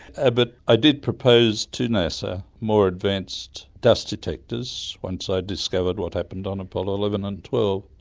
ah but i did propose to nasa more advanced dust detectors once i'd discovered what happened on apollo eleven and twelve.